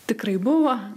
tikrai buvo